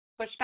pushback